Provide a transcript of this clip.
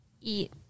eat